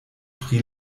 pri